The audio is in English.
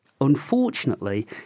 Unfortunately